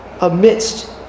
amidst